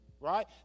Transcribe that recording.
right